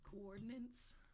Coordinates